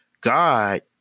God